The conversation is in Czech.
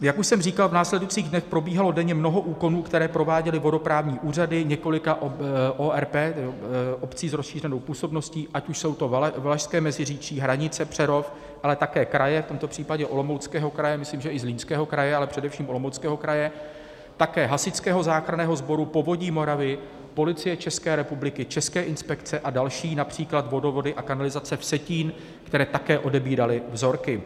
Jak už jsem říkal, v následujících dnech probíhalo denně mnoho úkonů, které prováděly vodoprávní úřady několika ORP, obcí s rozšířenou působností, ať už jsou to Valašské Meziříčí, Hranice, Přerov, ale také kraje, v tomto případě Olomouckého kraje, myslím, že i Zlínského kraje, ale především Olomouckého kraje, také Hasičského záchranného sboru, Povodí Moravy, Policie České republiky, České inspekce a další, například Vodovody a kanalizace Vsetín, které také odebíraly vzorky.